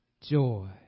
joy